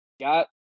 got